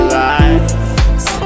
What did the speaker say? lights